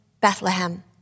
Bethlehem